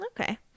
Okay